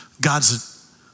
God's